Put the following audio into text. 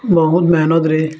ବହୁତ୍ ମେହନତରେ